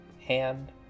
hand